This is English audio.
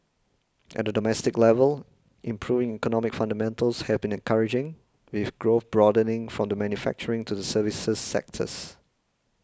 at a domestic level improving economic fundamentals have been encouraging with growth broadening from the manufacturing to the services sectors